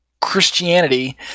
christianity